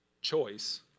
choice